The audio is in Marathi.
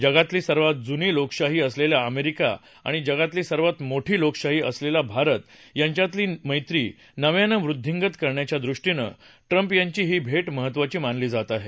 जगातली सर्वात जुनी लोकशाही असलेली अमेरिका आणि जगातली सर्वात मोठी लोकशाही असलेला भारत यांच्यातली मैत्री नव्यानं वृद्धींगत करण्याच्या दृष्टीनं ट्रम्प यांची ही भेट महत्त्वाची मानली जात आहे